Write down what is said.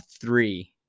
three